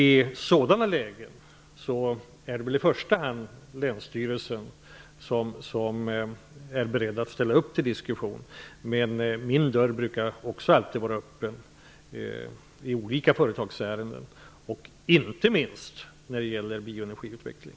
I sådana lägen är det i första hand länsstyrelsen som är beredd att ställa upp på en diskussion. Min dörr brukar också alltid vara öppen i olika företagsärenden -- inte minst när det gäller bioenergiutveckling.